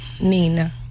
Nina